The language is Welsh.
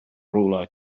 rhywle